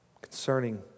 concerning